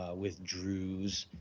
with druze.